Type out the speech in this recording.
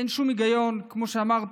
אין שום היגיון, כמו שאמרת.